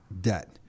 debt